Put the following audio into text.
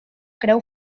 creu